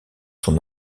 son